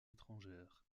étrangères